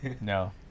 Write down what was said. No